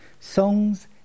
Songs